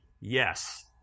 Yes